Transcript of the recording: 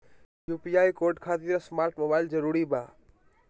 UPI code खातिर smart mobile जरूरी बा?